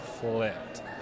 flipped